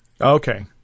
Okay